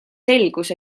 selgus